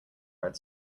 red